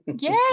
Yay